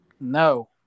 No